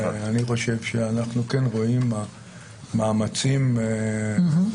אני חושב שאנחנו כן רואים מאמצים רציניים,